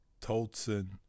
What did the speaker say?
Tolson